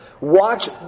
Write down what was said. Watch